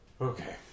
Okay